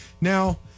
Now